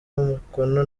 umukono